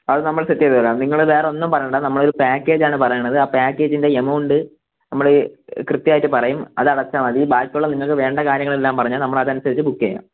അത് നമ്മൾ സെറ്റ് ചെയ്തുതരാം നിങ്ങൾ വേറെ ഒന്നും പറയേണ്ട നമ്മൾ ഒരു പാക്കേജ് ആണ് പറയുന്നത് ആ പാക്കേജിൻ്റെ എമൗണ്ട് നമ്മൾ കൃത്യമായിട്ട് പറയും അത് അടച്ചാൽ മതി ബാക്കിയുള്ള നിങ്ങൾക്ക് വേണ്ട കാര്യങ്ങളെല്ലാം പറഞ്ഞാൽ നമ്മൾ അതനുസരിച്ച് ബുക്ക് ചെയ്യാം